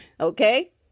Okay